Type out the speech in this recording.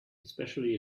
especially